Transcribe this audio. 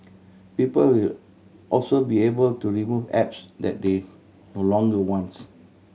people will also be able to remove apps that they no longer wants